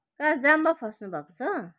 कहाँ जाममा फस्नुभएको छ